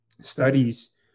Studies